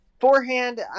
Forehand